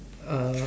uh